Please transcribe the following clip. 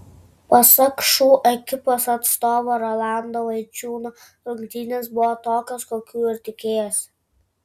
pasak šu ekipos atstovo rolando vaičiūno rungtynės buvo tokios kokių ir tikėjosi